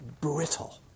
Brittle